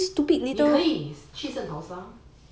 你可以去圣淘沙